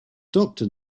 doctor